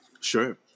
sure